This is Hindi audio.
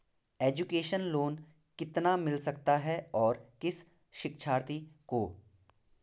एजुकेशन लोन कितना मिल सकता है और किस शिक्षार्थी को?